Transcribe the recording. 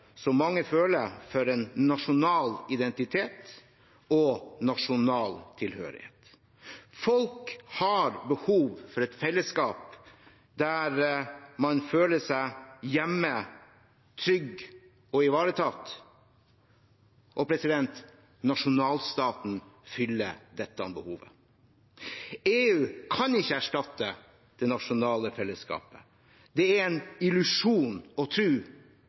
som mange føler for en nasjonal identitet og nasjonal tilhørighet. Folk har behov for et felleskap der man føler seg hjemme, trygg og ivaretatt. Nasjonalstaten fyller dette behovet. EU kan ikke erstatte det nasjonale felleskapet. Det er en illusjon